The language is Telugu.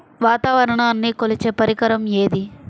వాతావరణాన్ని కొలిచే పరికరం ఏది?